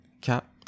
Cap